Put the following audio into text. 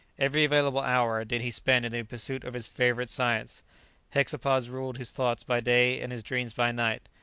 every available hour did he spend in the pursuit of his favourite science hexapods ruled his thoughts by day and his dreams by night.